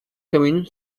commune